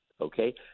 okay